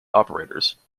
operators